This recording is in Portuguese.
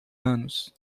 anos